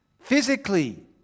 physically